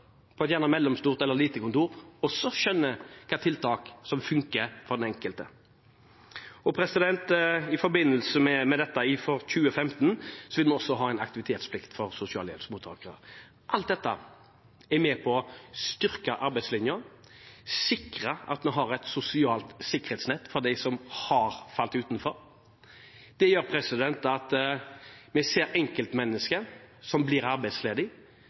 på et mellomstort eller lite kontor – også skjønner hvilke tiltak som fungerer for den enkelte. I forbindelse med dette vil vi for 2015 også ha en aktivitetsplikt for sosialhjelpsmottakere. Alt dette er med på å styrke arbeidslinjen, sikre at vi har et sosialt sikkerhetsnett for dem som har falt utenfor. Det gjør at vi ser enkeltmennesket som blir arbeidsledig,